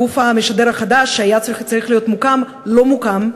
הגוף המשדר החדש שהיה צריך להיות מוקם לא מוקם,